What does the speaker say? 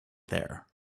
there